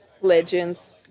Legends